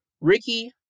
Ricky